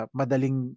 madaling